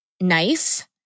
knife